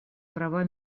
права